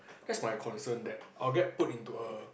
that's my concern that I'll get put into a